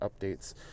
updates